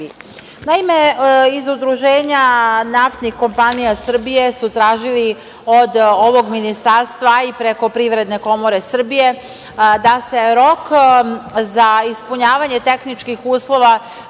Srbiji. Naime, iz Udruženja naftnih kompanija Srbije su tražili od ovog ministarstva, a i preko Privredne komore Srbije, da se rok za ispunjavanje tehničkih uslova